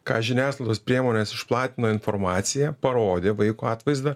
ką žiniasklaidos priemonės išplatino informaciją parodė vaiko atvaizdą